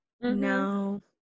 no